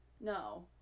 No